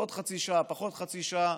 עוד חצי שעה, פחות חצי שעה,